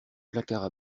placards